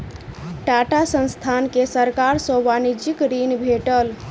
टाटा संस्थान के सरकार सॅ वाणिज्यिक ऋण भेटल